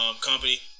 company